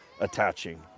attaching